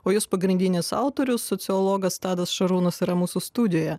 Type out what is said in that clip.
o jos pagrindinis autorius sociologas tadas šarūnas yra mūsų studijoje